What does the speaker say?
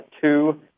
Two